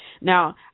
Now